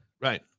Right